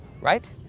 right